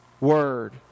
Word